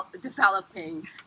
developing